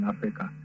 Africa